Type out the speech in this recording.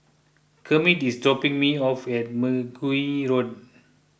Kermit is dropping me off at Mergui Road